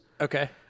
Okay